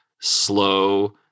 slow